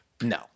No